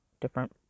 different